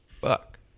Fuck